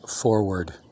forward